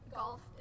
golf